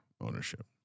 ownership